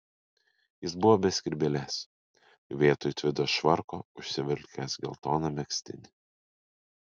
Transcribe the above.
jis buvo be skrybėlės vietoj tvido švarko užsivilkęs geltoną megztinį